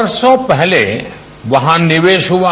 वर्षो पहले वहां निवेश हुआ